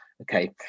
okay